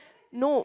no